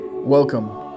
Welcome